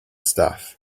stuff